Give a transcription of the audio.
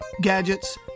gadgets